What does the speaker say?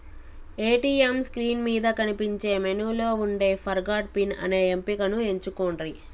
ATM screen మీద కనిపించే మెనూలో వుండే ఫర్గాట్ పిన్ అనే ఎంపికను ఎంచుకొండ్రి